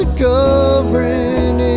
covering